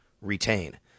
retain